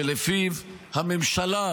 שלפיו הממשלה,